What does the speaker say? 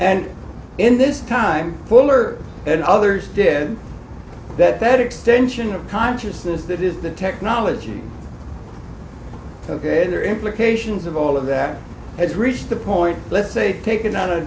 and in this time fuller and others did that that extension of consciousness that is the technology ok there are implications of all of that has reached the point let's say taken o